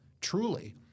truly